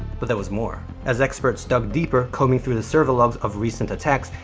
but, there was more. as experts dug deeper, combing through the server logs of recent attacks,